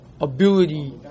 ability